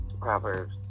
Proverbs